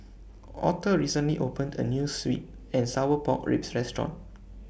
Auther recently opened A New Sweet and Sour Pork Ribs Restaurant